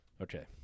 okay